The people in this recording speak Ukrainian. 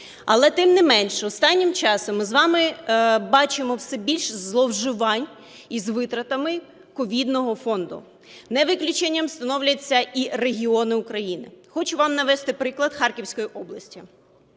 Але тим не менше останнім часом ми з вами бачимо все більше зловживань із витратами ковідного фонду. Не виключення становлять і регіони України. Хочу вам навести приклад Харківської області.